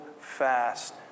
fast